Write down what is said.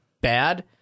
bad